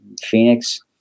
Phoenix